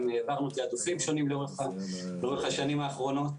גם העברנו תעדופים שונים לאורך השנים האחרונות.